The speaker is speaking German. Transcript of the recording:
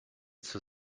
zur